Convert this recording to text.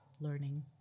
learning